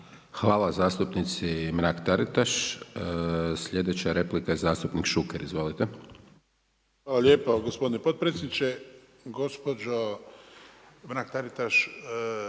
Hvala zastupnici Mrak-Taritaš. Sljedeća replika je zastupnik Šuker. Izvolite. **Šuker, Ivan (HDZ)** Hvala lijepa gospodin potpredsjedniče. Gospođo Mrak-Taritaš,